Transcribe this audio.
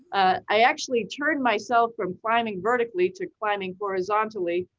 i actually turned myself from climbing vertically to climbing horizontally.